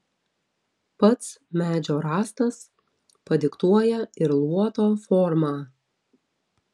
pats medžio rąstas padiktuoja ir luoto formą